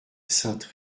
sainte